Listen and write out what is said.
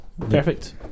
Perfect